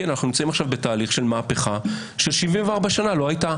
אנחנו נמצאים עכשיו בתהליך של מהפכה ש-74 שנה לא הייתה,